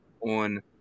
on